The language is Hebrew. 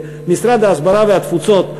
במשרד ההסברה והתפוצות,